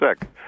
sick